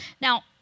Now